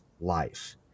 life